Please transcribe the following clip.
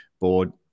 board